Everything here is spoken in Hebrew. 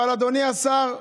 אבל אדוני השר,